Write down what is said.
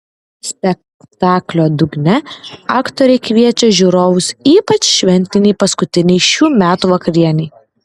spektaklio dugne aktoriai kviečia žiūrovus ypač šventinei paskutinei šių metų vakarienei